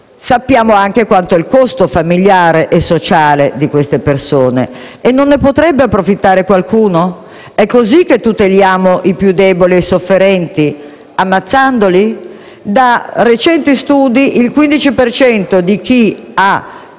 Conosciamo anche il costo familiare e sociale di queste persone: non potrebbe approfittarne qualcuno? È così che tuteliamo i più deboli e sofferenti? Ammazzandoli? Da recenti studi risulta che il